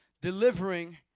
delivering